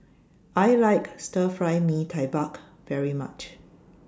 I like Stir Fry Mee Tai Mak very much